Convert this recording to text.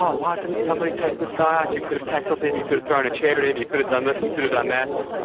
ah why didn't somebody take this guy out? you could've tackled him. you could've thrown a chair at him. you could've done this, you could've done that,